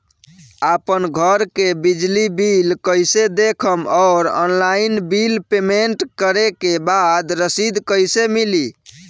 आपन घर के बिजली बिल कईसे देखम् और ऑनलाइन बिल पेमेंट करे के बाद रसीद कईसे मिली?